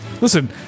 Listen